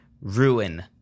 ruin